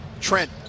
Trent